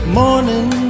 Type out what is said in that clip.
morning